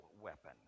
weapon